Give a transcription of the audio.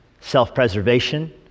self-preservation